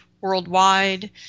worldwide